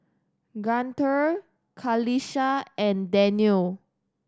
Guntur Qalisha and Daniel